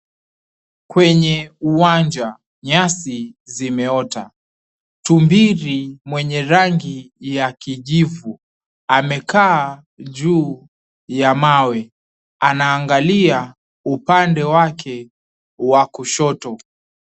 Kwenye uwanja nyasi zimeota. Tumbiri mwenye rangi ya kijivu, amekaa juu ya mawe anaangalia upande wake wa kushoto.